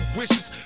wishes